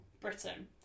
Britain